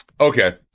okay